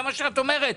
זה מה שאת אומרת.